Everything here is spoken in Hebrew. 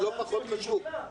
זה לא פחות חשוב.